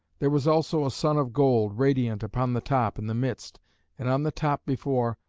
there was also a sun of gold, radiant, upon the top, in the midst and on the top before,